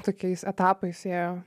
tokiais etapais ėjo